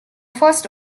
first